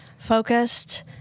focused